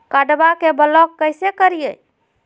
कार्डबा के ब्लॉक कैसे करिए?